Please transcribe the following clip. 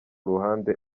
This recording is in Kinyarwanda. ruhande